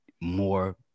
more